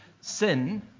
Sin